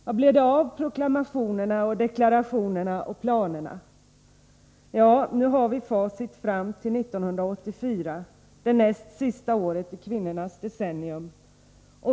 Vad blev det av proklamationerna, deklarationerna och planerna? Ja, nu har vi facit fram till 1984, det näst sista året i kvinnornas decennium.